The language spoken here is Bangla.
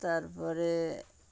তারপরে